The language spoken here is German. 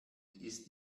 ist